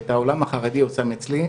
ואת העולם החרדי הוא שם אצלי,